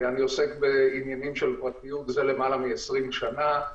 אני עוסק בעניינים של פרטיות למעלה מ-20 שנה.